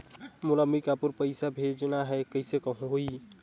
मोला अम्बिकापुर पइसा भेजना है, कइसे होही?